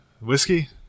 Whiskey